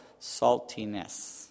saltiness